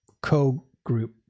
co-group